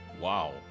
Wow